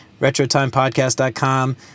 RetroTimePodcast.com